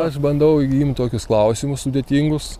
aš bandau imt tokius klausimus sudėtingus